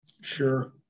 Sure